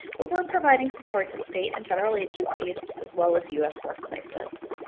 but we're providing support to state and federal agencies as well as us workplaces.